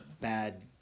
bad